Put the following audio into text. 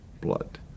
blood